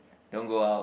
don't go out